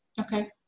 Okay